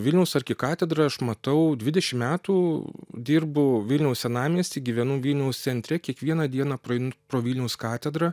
vilniaus arkikatedrą aš matau dvidešim metų dirbu vilniaus senamiesty gyvenu vilniaus centre kiekvieną dieną praeinu pro vilniaus katedrą